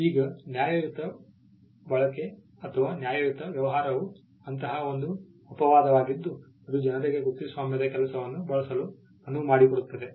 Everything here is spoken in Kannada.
ಈಗ ನ್ಯಾಯಯುತ ಬಳಕೆ ಅಥವಾ ನ್ಯಾಯಯುತ ವ್ಯವಹಾರವು ಅಂತಹ ಒಂದು ಅಪವಾದವಾಗಿದ್ದು ಅದು ಜನರಿಗೆ ಕೃತಿಸ್ವಾಮ್ಯದ ಕೆಲಸವನ್ನು ಬಳಸಲು ಅನುವು ಮಾಡಿಕೊಡುತ್ತದೆ